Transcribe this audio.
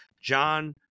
John